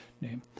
name